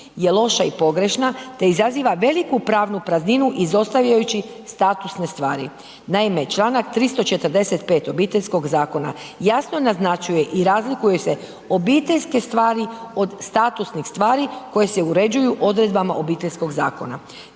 je loša i pogrešna te izaziva veliku pravnu prazninu izostavljajući statusne stvari. Naime, članak 345. Obiteljskog zakona jasno naznačuje i razlikuje se obiteljske stvari od statusnih stvari koje se uređuju odredbama Obiteljskoga zakona.